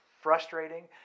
frustrating